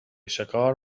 شکار